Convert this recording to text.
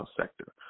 sector